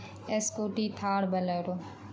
scooty Thar bolero